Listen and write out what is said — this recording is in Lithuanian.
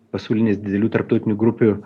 pasaulinės didelių tarptautinių grupių